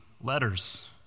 letters